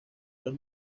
los